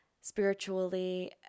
spiritually